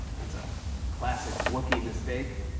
that's a classic wookiee mistake.